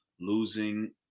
losing